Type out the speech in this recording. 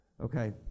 Okay